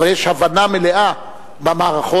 אבל יש הבנה מלאה במערכות,